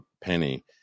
penny